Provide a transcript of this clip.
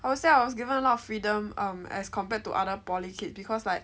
I will say I was given a lot of freedom um as compared to other poly kid because like